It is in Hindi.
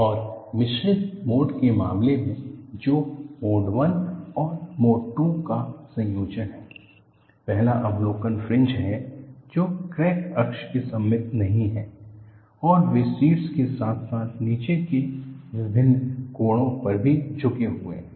और मिश्रित मोड के मामले में जो मोड 1 और मोड 2 का संयोजन है पहला अवलोकन फ्रिंज हैं जो क्रैक अक्ष के सममित नहीं हैं और वे शीर्ष के साथ साथ नीचे के विभिन्न कोणों पर भी झुके हुए हैं